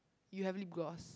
you have lip gloss